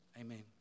Amen